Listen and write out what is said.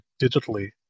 digitally